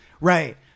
right